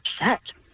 upset